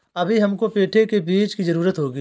अभी हमको पेठे के बीज की जरूरत होगी